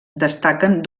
destaquen